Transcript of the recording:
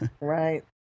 Right